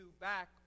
back